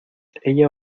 ella